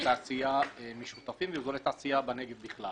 תעשייה משותפים ועל אזורי תעשייה בנגב בכלל